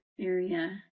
area